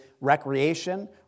recreation